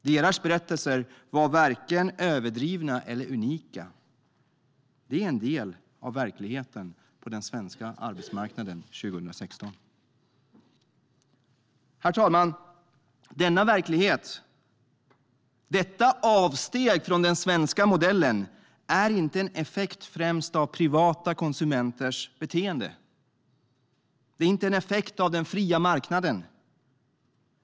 Deras berättelser var varken överdrivna eller unika. Det är en del av verkligheten på den svenska arbetsmarknaden 2016. Herr talman! Denna verklighet - detta avsteg från den svenska modellen - är inte ett effekt främst av privata konsumenters beteende. Det är inte en effekt av den fria marknaden.